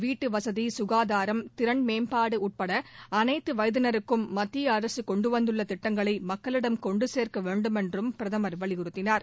வீட்டு வசதி கசகாதாரம் திறன் மேம்பாடு உட்பட அனைத்து வயதினருக்கும் மத்திய அரசு கொண்டுவந்துள்ள திட்டங்களை மக்களிடம் கொண்டு சேர்க்க வேண்டுமென்றும் பிரதமர் வலியுறுத்தினார்